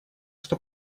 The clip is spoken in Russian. что